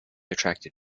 attracted